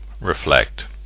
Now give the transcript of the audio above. Reflect